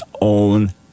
own